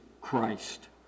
Christ